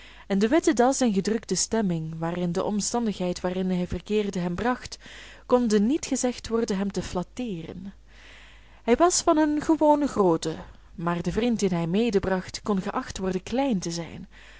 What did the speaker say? en de witte das en gedrukte stemming waarin de omstandigheid waar hij in verkeerde hem bracht konden niet gezegd worden hem te flatteeren hij was van eene gewone grootte maar de vriend dien hij medebracht kon geacht worden klein te zijn